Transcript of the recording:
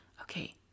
okay